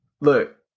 Look